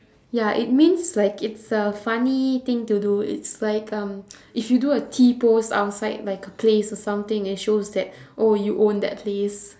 ya it means like it's a funny thing to do it's like um if you do a t-pose outside like a place or something it shows that oh you own that place